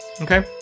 Okay